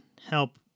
help